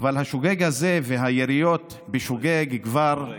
אבל השוגג הזה והיריות בשוגג כבר, הורג.